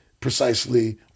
precisely